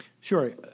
Sure